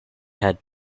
had